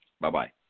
Bye-bye